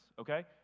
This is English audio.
okay